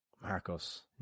Marcos